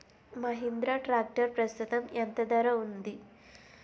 Mahindra tractor ప్రస్తుతం ఎంత ధర ఉంది?